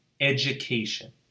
education